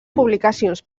publicacions